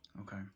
Okay